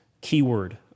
keyword